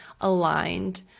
aligned